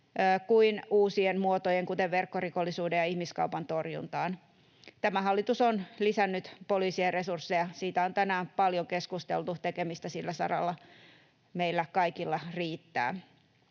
kuin uusien muotojen, kuten verkkorikollisuuden ja ihmiskaupan, torjuntaan. Tämä hallitus on lisännyt poliisien resursseja. Siitä on tänään paljon keskusteltu — tekemistä sillä saralla meillä kaikilla riittää.